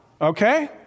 Okay